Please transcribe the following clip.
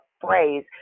phrase